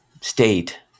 state